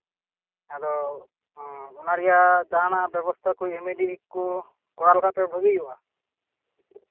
ᱟᱫᱚ ᱚᱱᱟ ᱨᱮᱭᱟᱜ ᱡᱟᱦᱟᱱᱟᱜ ᱵᱮᱵᱚᱥᱛᱷᱟ ᱠᱚ ᱤᱢᱤᱰᱤᱭᱮᱴ ᱠᱚ ᱠᱚᱨᱟᱣ ᱞᱮᱠᱷᱟᱱ ᱯᱮ ᱵᱷᱟᱜᱮ ᱦᱩᱭᱩᱜᱼᱟ